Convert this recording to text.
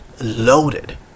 loaded